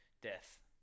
Death